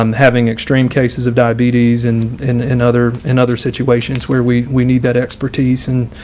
um having extreme cases of diabetes and and other and other situations where we we need that expertise. and,